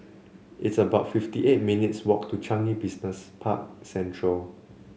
it's about fifty eight minutes' walk to Changi Business Park Central